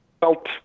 felt